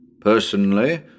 Personally—